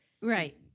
Right